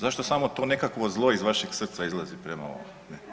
Zašto samo to nekakvo zlo iz vašeg srca izlazi prema ovamo?